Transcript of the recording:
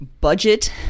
budget